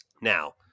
Now